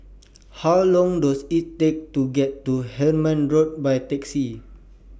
How Long Does IT Take to get to Hemmant Road By Taxi